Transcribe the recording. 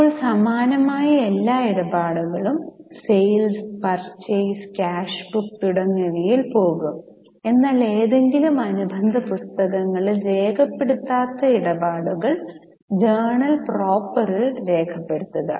ഇപ്പോൾ സമാനമായ എല്ലാ ഇടപാടുകളും സെയിൽസ് പർച്ചേസ് ക്യാഷ് ബുക്ക് തുടങ്ങിയവയിൽ പോകും എന്നാൽ ഏതെങ്കിലും അനുബന്ധ പുസ്തകങ്ങളിൽ രേഖപ്പെടുത്താത്ത ഇടപാടുകൾ ജേർണൽ പ്രോപ്പറിൽ രേഖപ്പെടുത്തുക